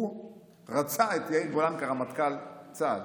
רצה את יאיר גולן כרמטכ"ל צה"ל.